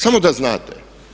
Samo da znate!